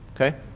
okay